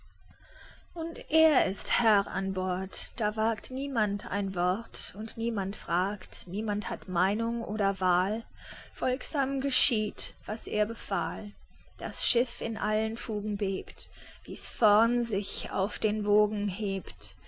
und er ist herr an bord da wagt niemand ein wort und niemand fragt niemand hat meinung oder wahl folgsam geschieht was er befahl das schiff in allen fugen bebt wie's vorn sich auf den wogen hebt